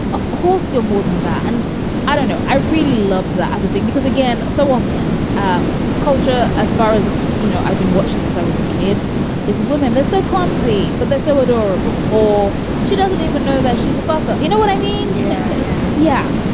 of course, you're more than that. and i don't know. i really loved that as a thing, because, again, so often ah culture as far as you know, i've been watching since i was a kid is woman that's so clumsy, but they're so adorable. or she doesn't even know that she's a fucka. you know what i mean? yeah. yeah